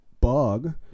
bug